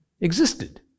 existed